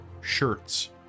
shirts